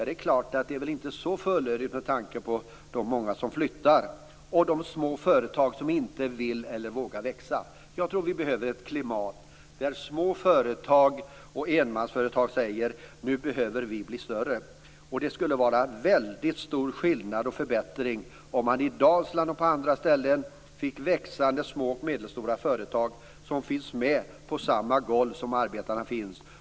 Den är väl inte så fullödig med tanke på de många som flyttar och de små företag som inte vill eller vågar växa. Jag tror att vi behöver ett klimat där små företag och enmansföretag säger att de behöver bli större. Det skulle var en väldigt stor skillnad och förbättring om man i Dalsland och på andra ställen fick växande små och medelstora företag som finns på samma golv som arbetarna finns.